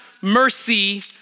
mercy